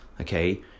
Okay